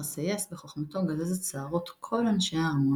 אך הסייס בחוכמתו גזז את שערות כל אנשי הארמון,